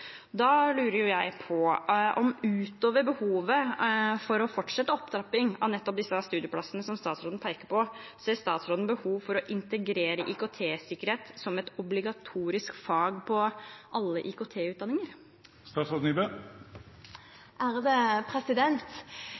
Da lurer jeg på om statsråden, utover behovet for å fortsette opptrapping av nettopp de studieplassene som statsråden peker på, ser behov for å integrere IKT-sikkerhet som et obligatorisk fag på alle